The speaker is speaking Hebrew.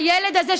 הילד הזה,